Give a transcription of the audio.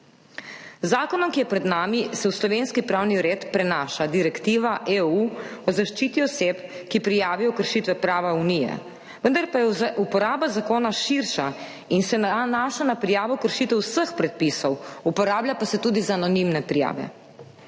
zakonom, ki je pred nami, se v slovenski pravni red prenaša Direktiva EU o zaščiti oseb, ki prijavijo kršitve prava Unije, vendar pa je uporaba zakona širša in se nanaša na prijavo kršitev vseh predpisov, uporablja pa se tudi za anonimne prijave.